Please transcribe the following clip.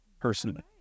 personally